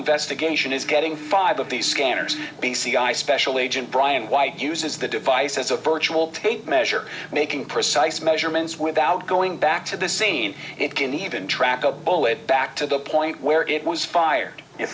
investigation is getting five of these scanners b c i special agent brian why do says the device is a virtual tape measure making precise measurements without going back to the scene it can even track a bullet back to the point where it was fired